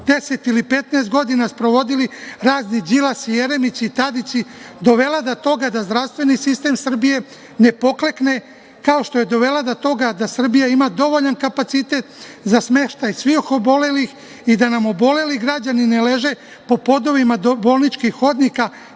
10 ili 15 godina sprovodili razni Đilasi, Jeremići, Tadići, dovela do toga da zdravstveni sistem Srbije ne poklekne, kao što je dovela do toga da Srbija ima dovoljan kapacitet za smeštaj svih obolelih i da nam oboleli građani ne leže po podovima bolničkih hodnika,